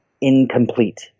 incomplete